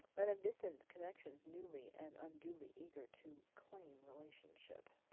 and of distant connections newly and unduly eager to claim relationship.